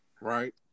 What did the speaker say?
Right